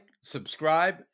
subscribe